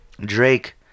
Drake